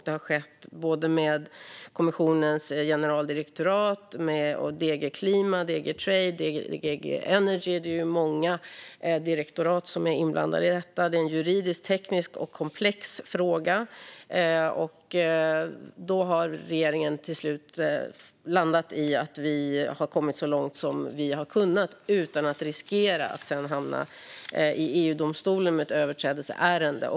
Det har skett med kommissionens generaldirektorat DG Clima, DG Trade och DG Energy. Det är många direktorat som är inblandade i detta. Det är en juridiskt och tekniskt komplex fråga, och då har regeringen till slut landat i att vi har kommit så långt vi har kunnat utan att riskera att sedan hamna i EU-domstolen med ett överträdelseärende.